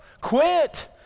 Quit